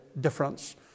difference